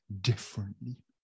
differently